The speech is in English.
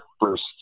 first